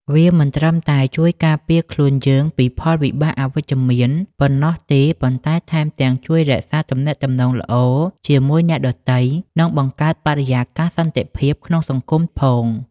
វាមិនត្រឹមតែជួយការពារខ្លួនយើងពីផលវិបាកអវិជ្ជមានប៉ុណ្ណោះទេ ប៉ុន្តែថែមទាំងជួយរក្សាទំនាក់ទំនងល្អជាមួយអ្នកដទៃ និងបង្កើតបរិយាកាសសន្តិភាពក្នុងសង្គមផងដែរ។